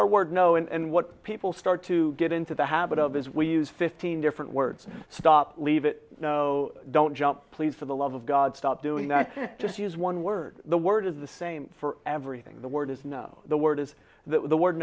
our word no and what people start to get into the habit of is we use fifteen different words stop leave it don't jump please for the love of god stop doing that just use one word the word is the same for everything the word is no the word is the word